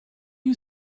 you